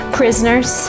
prisoners